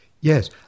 Yes